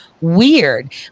weird